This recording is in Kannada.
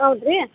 ಹೌದ್ ರೀ